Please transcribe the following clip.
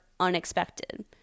unexpected